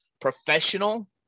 professional